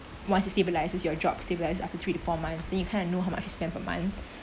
once you stabilises your job stabilises after three to four months then you kind of know how much you spend per month